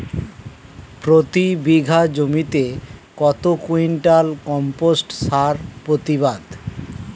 প্রতি বিঘা জমিতে কত কুইন্টাল কম্পোস্ট সার প্রতিবাদ?